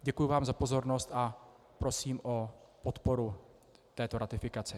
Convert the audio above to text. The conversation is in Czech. Děkuji vám za pozornost a prosím o podporu této ratifikace.